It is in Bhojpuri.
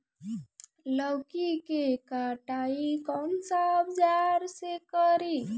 लौकी के कटाई कौन सा औजार से करी?